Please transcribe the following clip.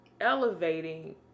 elevating